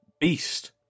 beast